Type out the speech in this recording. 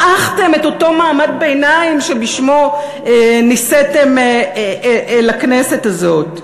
מעכתם את אותו מעמד ביניים שבשמו נישאתם אל הכנסת הזאת.